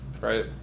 Right